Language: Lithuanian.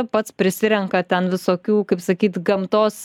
pats prisirenka ten visokių kaip sakyt gamtos